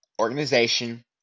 organization